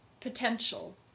potential